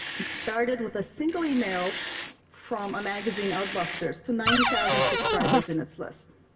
it started with a single email from a magazine, adbusters, to ninety thousand subscribers in its list.